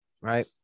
right